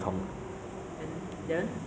那个是 andy and darren 一样班